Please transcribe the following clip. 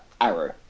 arrow